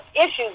issues